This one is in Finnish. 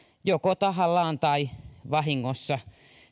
joko tahallaan tai vahingossa